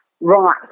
right